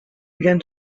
began